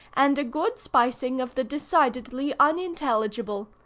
and a good spicing of the decidedly unintelligible.